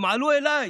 הם עלו אליי.